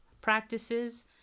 practices